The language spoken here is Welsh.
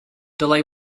dylai